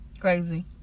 crazy